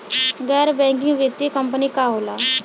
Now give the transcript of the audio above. गैर बैकिंग वित्तीय कंपनी का होला?